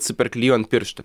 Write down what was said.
super klijų ant pirštų